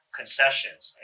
concessions